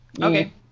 Okay